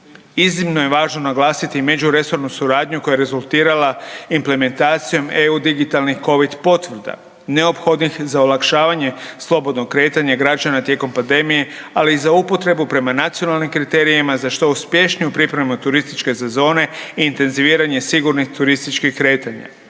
Iznimno je važno naglasiti i međuresornu suradnju koja je rezultirala implementacijom EU digitalnih COVID potvrda, neophodnih za olakšavanje slobodnog kretanja građana tijekom pandemije ali i za upotrebu prema nacionalnim kriterijima za što uspješniju pripremu turističke sezone i intenziviranje sigurnih turističkih kretanja.